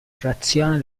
frazione